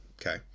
Okay